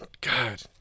God